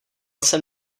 jsem